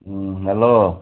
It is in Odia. ହଁ ହ୍ୟାଲୋ